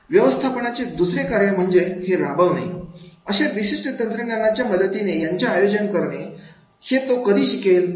व्यवस्थापनाची दुसरे कार्य म्हणजे हे राबवणे अशा विशिष्ट तंत्रज्ञानाच्या मदतीने यांचे आयोजन करणे हे तो कधी शिकेल